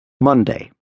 Monday